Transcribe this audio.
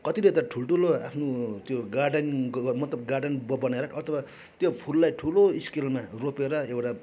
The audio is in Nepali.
कतिले त ठुल्ठुलो आफ्नो त्यो गार्डनको मतलब गार्डन ब्लक बनाएर अथवा त्यो फुललाई ठुलो स्केलमा रोपेर एउटा